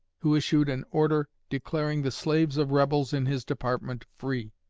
who issued an order declaring the slaves of rebels in his department free.